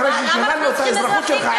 אחרי ששללנו את האזרחות שלך,